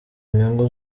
nyungu